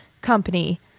company